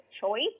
choice